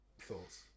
Thoughts